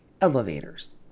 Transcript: elevators